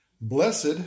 Blessed